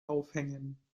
aufhängen